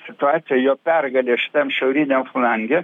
situacija jo pergalė šitam šiauriniam flange